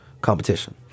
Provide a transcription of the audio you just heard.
competition